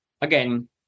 again